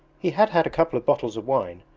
he had had a couple of bottles of wine,